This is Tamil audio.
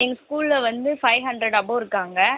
எங்கள் ஸ்கூலில் வந்து ஃபை ஹண்ட்ரட் அபோவ் இருக்காங்க